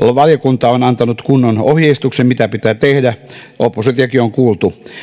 valiokunta on antanut kunnon ohjeistuksen mitä pitää tehdä oppositiotakin on kuultu